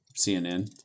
CNN